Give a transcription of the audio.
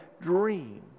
dream